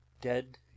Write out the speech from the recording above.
dead